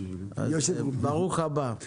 ברוך הבא.